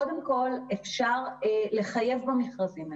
קודם כל, אפשר לחייב במכרזים האלה.